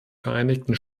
vereinigten